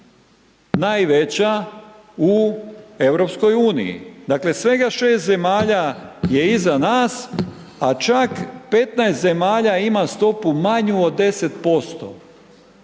uniji, dakle svega šest zemalja je iza nas, a čak petnaest zemalja ima stopu manju od 10%.